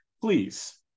Please